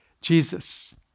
Jesus